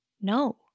no